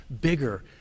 bigger